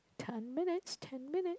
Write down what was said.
ten minutes ten minutes